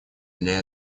для